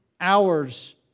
hours